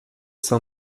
sein